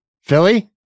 Philly